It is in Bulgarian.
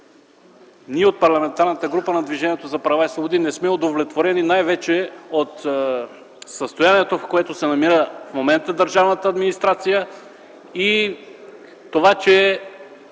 ние от Парламентарната група на Движението за права и свободи не сме удовлетворени най вече от състоянието, в което се намира в момента държавната администрация, и това, че